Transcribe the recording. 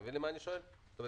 אתה מבין את השאלה שלי?